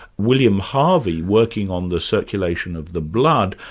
william harvey working on the circulation of the blood,